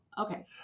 okay